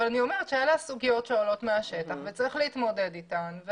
אבל אני אומרת שאלה הסוגיות שעולות מהשטח וצריך להתמודד אתן.